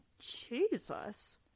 Jesus